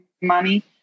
money